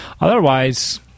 otherwise